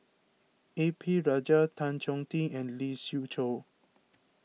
A P Rajah Tan Chong Tee and Lee Siew Choh